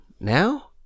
Now